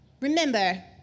Remember